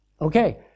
Okay